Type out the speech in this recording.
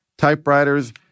Typewriters